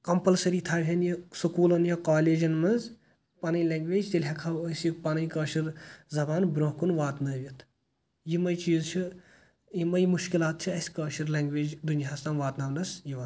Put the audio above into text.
compulsory تھاوَن یہِ سکوٗلَن یا کالیجَن منٛز پَنٕنۍ لٮ۪نٛگویج تیٚلہِ ہیٚکہٕ ہاو أسۍ یہِ پَنٕنۍ کٲشِر زبان برٛونٛہہ کُن واتنٲوِتھ یِمےٕ چیٖز چھِ یِمےٕ مُشکِلات چھِ اسہِ کٲشِر لٮ۪نٛگویج دُنیاہَس تام واتناونَس یِوان